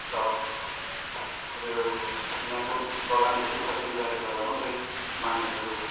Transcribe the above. छ र यो यहाँको बगानको सुख सुविधाले गर्दा मात्रै मानिसहरू